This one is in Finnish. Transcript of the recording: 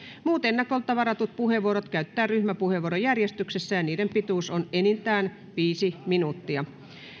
muut ennakolta varatut puheenvuorot käytetään ryhmäpuheenvuorojärjestyksessä ja niiden pituus on enintään viisi minuuttia